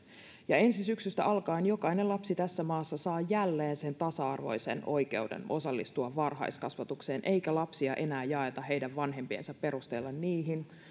ja ensi syksystä alkaen jokainen lapsi tässä maassa saa jälleen sen tasa arvoisen oikeuden osallistua varhaiskasvatukseen eikä lapsia enää jaeta heidän vanhempiensa perusteella niihin